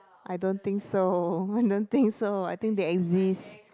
I don't think so I don't think so I think they exist